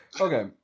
okay